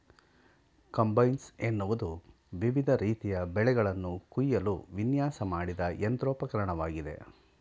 combines ಎನ್ನುವುದು ವಿವಿಧ ರೀತಿಯ ಬೆಳೆಗಳನ್ನು ಕುಯ್ಯಲು ವಿನ್ಯಾಸ ಮಾಡಿದ ಯಂತ್ರೋಪಕರಣವಾಗಿದೆ